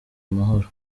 amahoro